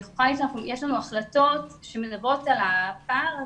יש לנו החלטות שמלמדות על הפער הזה.